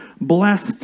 blessed